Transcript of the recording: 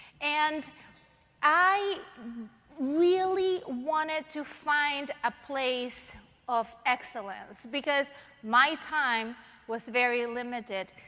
and i really wanted to find a place of excellence, because my time was very limited.